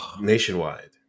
nationwide